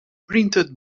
printed